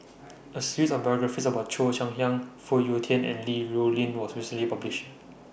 A series of biographies about Cheo Chai Hiang Phoon Yew Tien and Li Rulin was recently published